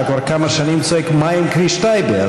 אתה כבר כמה שנים צועק: מה עם כביש טייבה?